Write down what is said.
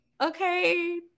okay